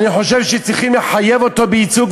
אני חושב שצריכים לחייב אותו בייצוג,